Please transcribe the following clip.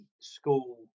school